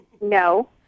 No